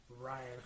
Ryan